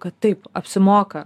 kad taip apsimoka